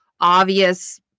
obvious